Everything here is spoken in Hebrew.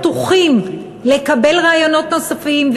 פתוחים לקבל רעיונות נוספים,